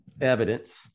evidence